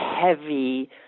heavy